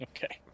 Okay